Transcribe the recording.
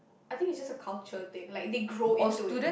I think it's just a culture thing like they grow into it